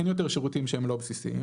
אין יותר שירותים שהם לא בסיסים.